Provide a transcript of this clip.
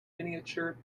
miniature